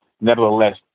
nevertheless